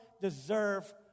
deserve